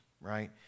right